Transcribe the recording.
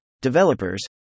developers